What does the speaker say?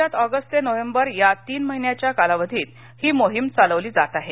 राज्यात ऑगस्ट ते नोव्हेंबर या तीन महिन्याच्या कालावधीत ही मोहीम चालविली जात आहे